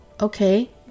okay